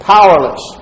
powerless